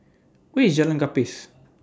Where IS Jalan Gapis